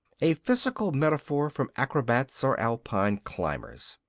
a physical metaphor from acrobats or alpine climbers.